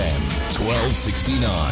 1269